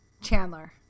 Chandler